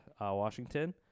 Washington